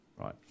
Right